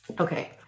Okay